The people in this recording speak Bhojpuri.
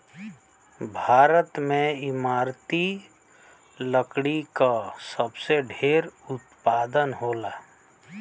भारत में इमारती लकड़ी क सबसे ढेर उत्पादन होला